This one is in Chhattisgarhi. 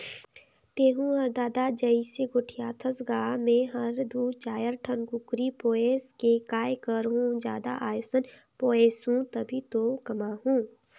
तहूँ हर ददा जइसे गोठियाथस गा मैं हर दू चायर ठन कुकरी पोयस के काय करहूँ जादा असन पोयसहूं तभे तो कमाहूं